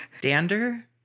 Dander